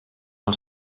els